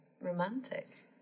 romantic